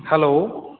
hello